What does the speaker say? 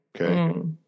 okay